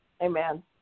Amen